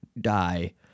die